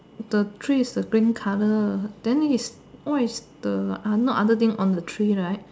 the tree is a green colour then is what is the not other thing on the tree right